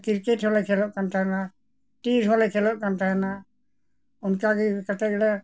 cricket ᱦᱚᱸᱞᱮ ᱠᱷᱮᱞᱳᱜ ᱠᱟᱱ ᱛᱟᱦᱮᱱᱟ ᱴᱤᱨ ᱦᱚᱸᱞᱮ ᱠᱷᱮᱞᱳᱜ ᱠᱟᱱ ᱛᱟᱦᱮᱱᱟ ᱚᱱᱠᱟ ᱜᱮ ᱠᱟᱛᱮᱫ ᱜᱮᱞᱮ